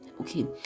Okay